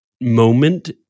moment